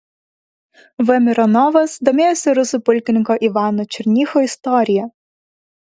v mironovas domėjosi rusų pulkininko ivano černycho istorija